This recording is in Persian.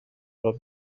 راه